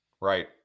Right